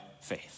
faith